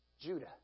Judah